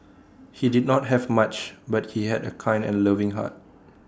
he did not have much but he had A kind and loving heart